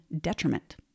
detriment